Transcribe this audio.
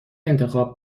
انتخاب